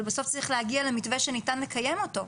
אבל בסוף צריך להגיע למתווה שניתן לקיים אותו.